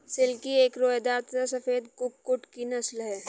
silkie एक रोएदार तथा सफेद कुक्कुट की नस्ल है